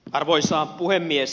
arvoisa puhemies